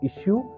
issue